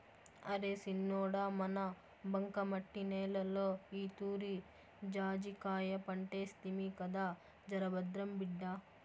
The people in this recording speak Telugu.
అరే సిన్నోడా మన బంకమట్టి నేలలో ఈతూరి జాజికాయ పంటేస్తిమి కదా జరభద్రం బిడ్డా